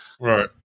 Right